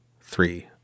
three